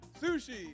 Sushi